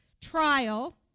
trial